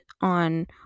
on